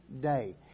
day